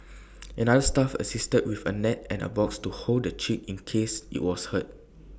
another staff assisted with A net and A box to hold the chick in case IT was hurt